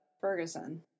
Ferguson